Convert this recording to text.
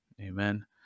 Amen